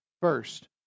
first